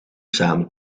samen